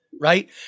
right